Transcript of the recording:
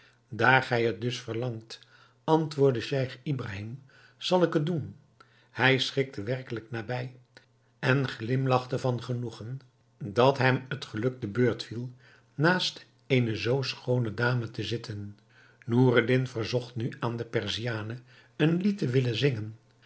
daar gij het dus verlangt antwoordde scheich ibrahim zal ik het doen hij schikte werkelijk naderbij en glimlachte van genoegen dat hem het geluk te beurt viel naast eene zoo schoone dame te zitten noureddin verzocht nu aan de perziane een lied te willen zingen